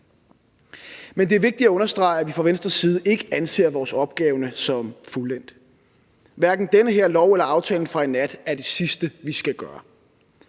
Men det er vigtigt at understrege, at vi fra Venstres side ikke anser vores opgave som fuldendt; hverken den her lov eller aftalen fra i nat er det sidste, vi skal gøre.